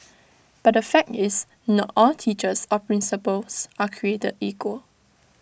but the fact is not all teachers or principals are created equal